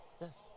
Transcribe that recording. Yes